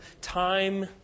time